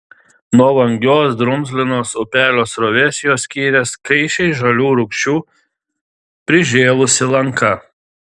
nuo vangios drumzlinos upelio srovės juos skyrė skaisčiai žalių rūgčių prižėlusi lanka